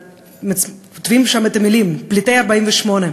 כותבים את המילים "פליטי 48'",